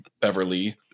Beverly